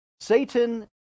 Satan